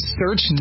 search